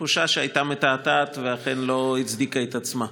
תחושה שהייתה מתעתעת ולא הצדיקה את עצמה.